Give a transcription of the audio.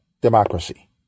democracy